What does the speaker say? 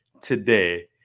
today